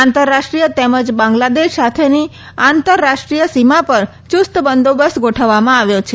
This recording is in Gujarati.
આંતરરાષ્ટ્રીય તેમજ બાંગ્લાદેશ સાથેની આંતરરાષ્ટ્રીય સીમાપર ચુસ્ત બંદોબસ્ત ગોઠવવામાં આવ્યો છે